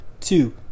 two